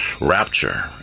rapture